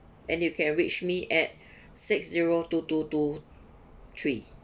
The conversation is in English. and you can reach me at six zero two two two three